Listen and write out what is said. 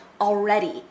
already